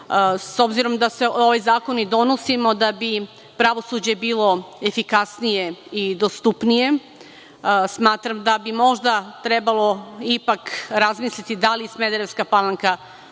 obzirom da se ovaj zakon donosimo da bi pravosuđe bilo efikasnije i dostupnije, smatram da bi možda trebalo ipak razmisliti da li Smederevska Palanka